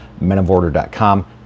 menoforder.com